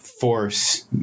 force